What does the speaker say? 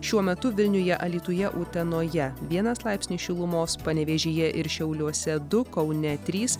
šiuo metu vilniuje alytuje utenoje vienas laipsnis šilumos panevėžyje ir šiauliuose du kaune trys